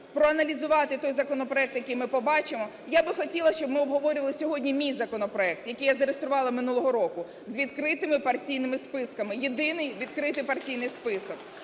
проаналізувати той законопроект, який ми побачимо. Я би хотіла, щоб ми обговорювали сьогодні мій законопроект, який я зареєструвала минулого року, з відкритими партійними списками, єдиний відкритий партійний список.